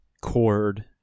chord